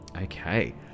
Okay